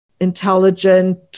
intelligent